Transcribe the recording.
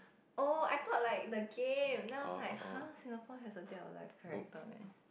oh I thought like the game then I was like [huh] Singapore has a dead or alive character meh